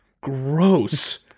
Gross